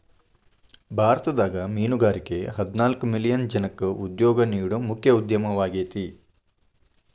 ಭಾರತದಾಗ ಮೇನುಗಾರಿಕೆ ಹದಿನಾಲ್ಕ್ ಮಿಲಿಯನ್ ಜನಕ್ಕ ಉದ್ಯೋಗ ನೇಡೋ ಮುಖ್ಯ ಉದ್ಯಮವಾಗೇತಿ